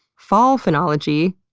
fall phenology,